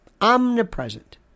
Omnipresent